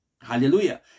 Hallelujah